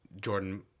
Jordan